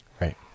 Right